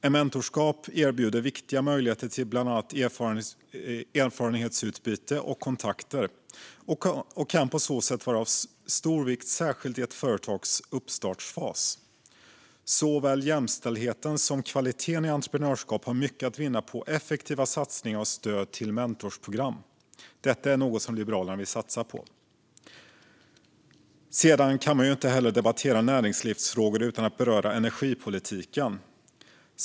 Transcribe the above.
Ett mentorskap erbjuder viktiga möjligheter till bland annat erfarenhetsutbyte och kontakter och kan på så sätt vara av stor vikt särskilt i ett företags uppstartsfas. Såväl jämställdheten som kvaliteten i entreprenörskap har mycket att vinna på effektiva satsningar och stöd till mentorskapsprogram. Detta är något som Liberalerna vill satsa på. Man kan inte debattera näringslivsfrågor utan att beröra energipolitiken.